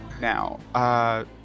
Now